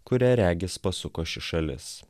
kurią regis pasuko ši šalis